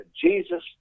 Jesus